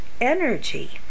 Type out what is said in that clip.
energy